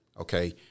Okay